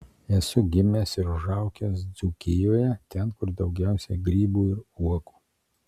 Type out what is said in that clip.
esu gimęs ir užaugęs dzūkijoje ten kur daugiausiai grybų ir uogų